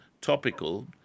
topical